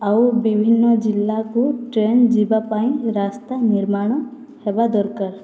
ଆଉ ବିଭିନ୍ନ ଜିଲ୍ଲାକୁ ଟ୍ରେନ୍ ଯିବା ପାଇଁ ରାସ୍ତା ନିର୍ମାଣ ହେବା ଦରକାର